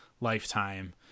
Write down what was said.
lifetime